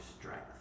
strength